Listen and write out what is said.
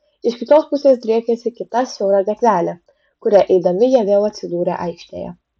iš kitos pusės driekėsi kita siaura gatvelė kuria eidami jie vėl atsidūrė aikštėje